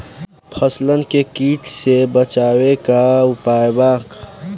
फसलन के कीट से बचावे क का उपाय है?